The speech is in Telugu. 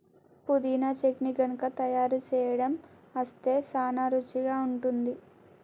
పుదీనా చట్నీ గనుక తయారు సేయడం అస్తే సానా రుచిగా ఉంటుంది